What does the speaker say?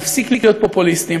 נפסיק להיות פופוליסטיים,